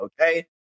Okay